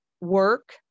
work